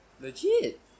Legit